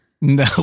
No